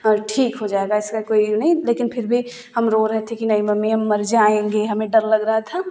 और ठीक हो जाएगा ऐसा कोई नहीं लेकिन फिर भी हम रो रहे थे की नहीं मम्मी हम मर जाएँगे हमें डर लग रहा था